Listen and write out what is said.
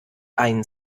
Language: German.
ein